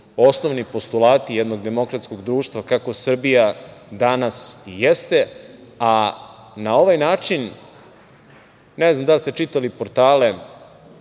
osnovni postulati jednog demokratskog društva kako Srbija danas jeste, a na ovaj način, ne znam da li ste čitali portale,